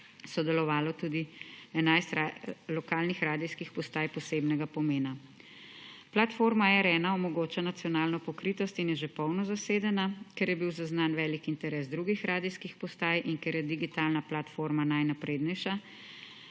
sodelovalo tudi 11 lokalnih radijskih postaj posebnega pomena. Platforma R1 omogoča nacionalno pokritost in je že polno zasedena. Ker je bil zaznan velik interes drugih radijskih postaj in ker je digitalna platforma najnaprednejša,